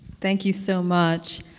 thank you so much.